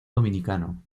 dominicano